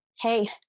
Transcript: Hey